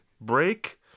break